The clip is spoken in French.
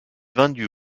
vendu